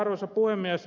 arvoisa puhemies